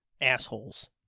assholes